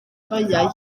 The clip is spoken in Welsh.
sioeau